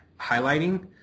highlighting